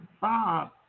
Bob